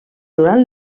durant